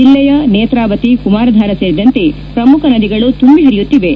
ಜಿಲ್ಲೆಯ ನೇತ್ರಾವತಿ ಕುಮಾರಧಾರ ಸೇರಿದಂತೆ ಪ್ರಮುಖ ನದಿಗಳು ತುಂಬಿ ಹರಿಯುತ್ತಿವೆ